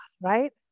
right